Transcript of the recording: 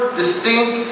distinct